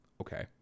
okay